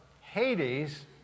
Hades